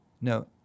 no